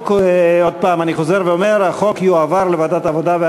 אני קובע כי הצעת החוק אושרה בקריאה ראשונה ותועבר לוועדת העבודה,